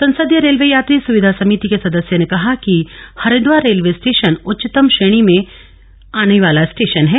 संसदीय रेलवे यात्री सुविधा समिति के सदस्य ने कहा कि हरिद्वार रेलवे स्टेशन उच्चतम क्षेणी में आने वाला स्टेशन है